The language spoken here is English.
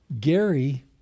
Gary